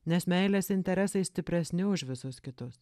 nes meilės interesai stipresni už visus kitus